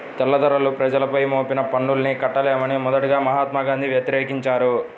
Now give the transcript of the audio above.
తెల్లదొరలు ప్రజలపై మోపిన పన్నుల్ని కట్టలేమని మొదటగా మహాత్మా గాంధీ వ్యతిరేకించారు